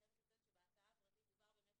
אני חייבת לציין שבהצעה הפרטית דובר באמת